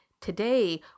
Today